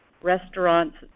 restaurants